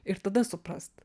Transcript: ir tada suprast